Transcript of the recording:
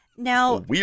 Now